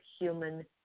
human